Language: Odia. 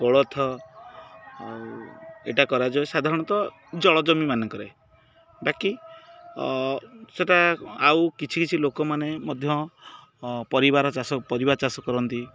କୋଳଥ ଆଉ ଏଇଟା କରାଯାଏ ସାଧାରଣତଃ ଜଳଜମି ମାନଙ୍କରେ ବାକି ସେଇଟା ଆଉ କିଛି କିଛି ଲୋକମାନେ ମଧ୍ୟ ପରିବାର ଚାଷ ପରିବା ଚାଷ କରନ୍ତି